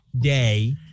day